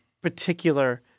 particular